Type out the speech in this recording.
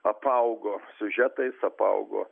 apaugo siužetais apaugo